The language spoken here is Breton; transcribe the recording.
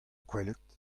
kwelet